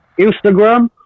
Instagram